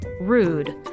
Rude